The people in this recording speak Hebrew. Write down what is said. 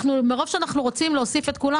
מרוב שאנחנו רוצים להוסיף לכולם,